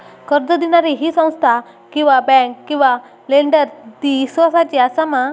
कर्ज दिणारी ही संस्था किवा बँक किवा लेंडर ती इस्वासाची आसा मा?